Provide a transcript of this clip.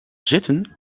zitten